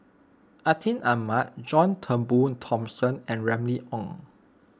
Atin Amat John Turnbull Thomson and Remy Ong